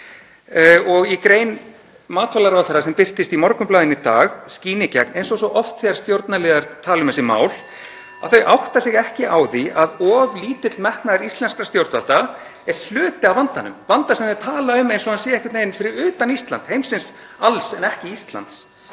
Í grein matvælaráðherra, sem birtist í Morgunblaðinu í dag, skín í gegn, eins og svo oft þegar stjórnarliðar tala um þessi mál, að þau átta sig ekki á því að of lítill (Forseti hringir.) metnaður íslenskra stjórnvalda er hluti af vandanum, vanda sem þau tala um eins og hann sé einhvern veginn fyrir utan Ísland, sé heimsins alls en ekki Íslands.